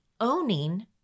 owning